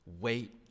wait